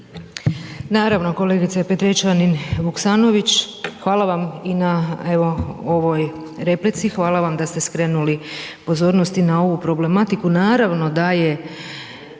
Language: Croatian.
Naravno kolegice Petrijevčanin Vuksanović, hvala vam i na evo ovoj replici, hvala vam da ste skrenuli pozornost i na ovu problematiku.